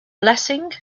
blessing